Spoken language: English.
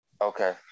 Okay